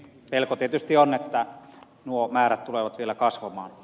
pelko tietysti on että nuo määrät tulevat vielä kasvamaan